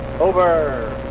Over